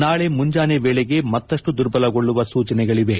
ನಾಳೆ ಮುಂಜಾನೆ ವೇಳೆಗೆ ಮತ್ತಷ್ಟು ದುರ್ಬಲಗೊಳ್ಳುವ ಸೂಚನೆಗಳಿವೆ